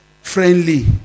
Friendly